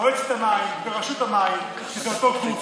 מועצת המים ורשות המים, שזה אותו גוף,